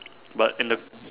but and the